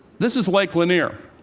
this is lake lanier.